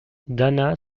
dana